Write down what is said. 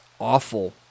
awful